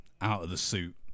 out-of-the-suit